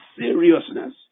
seriousness